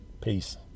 Peace